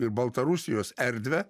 ir baltarusijos erdvę